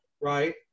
right